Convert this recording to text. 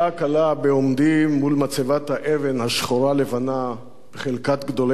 בעומדי מול מצבת האבן השחורה-לבנה בחלקת גדולי האומה,